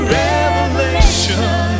revelation